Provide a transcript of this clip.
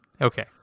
okay